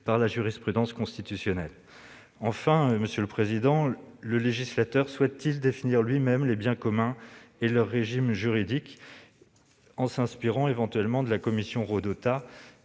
par la jurisprudence constitutionnelle ? Troisièmement, le législateur souhaite-t-il définir lui-même les biens communs et leur régime juridique en s'inspirant, éventuellement, de la commission Rodotà